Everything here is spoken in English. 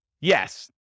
Yes